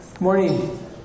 Morning